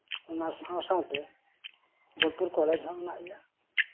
ᱚᱱᱟ ᱥᱟᱶ ᱥᱟᱶᱛᱮ ᱵᱳᱞᱯᱩᱨ ᱠᱚᱞᱮᱡᱽ ᱦᱚᱸ ᱢᱮᱱᱟᱜ ᱜᱮᱭᱟ